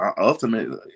ultimately